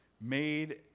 made